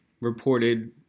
reported